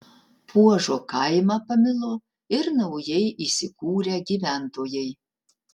puožo kaimą pamilo ir naujai įsikūrę gyventojai